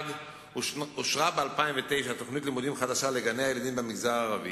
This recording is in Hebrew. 1. ב-2009 אושרה תוכנית לימודים חדשה לגני-הילדים במגזר הערבי,